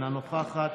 אינה נוכחת,